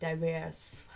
diverse